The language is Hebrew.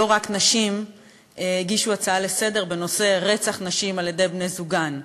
שלא רק נשים הגישו הצעה לסדר-היום בנושא רצח נשים על-ידי בני-זוגן.